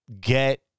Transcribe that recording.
get